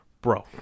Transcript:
bro